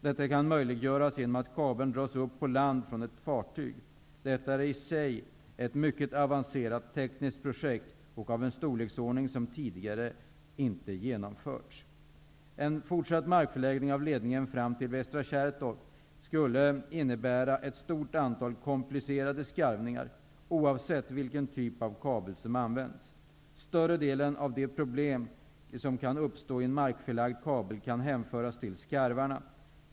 Detta kan möjliggöras genom att kabeln dras upp på land från ett fartyg. Detta är i sig ett mycket avancerat tekniskt projekt och av en storleksordning som inte tidigare genomförts. Västra Kärrtorp skulle innebära ett stort antal komplicerade skarvningar, oavsett vilken typ av kabel som används. Större delen av de problem som kan uppstå i en markförlagd kabel kan hänföras till skarvarna.